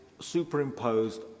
superimposed